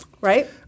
Right